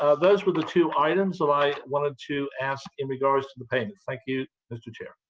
ah those were the two items um i wanted to ask in regard to the payment. thank you, mr chair.